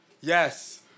Yes